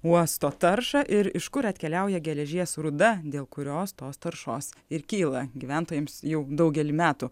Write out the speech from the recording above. uosto taršą ir iš kur atkeliauja geležies rūda dėl kurios tos taršos ir kyla gyventojams jau daugelį metų